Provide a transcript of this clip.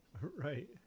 Right